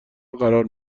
قرار